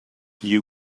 you